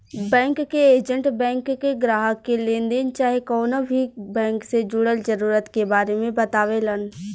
bank के agent bank के ग्राहक के लेनदेन चाहे कवनो भी बैंक से जुड़ल जरूरत के बारे मे बतावेलन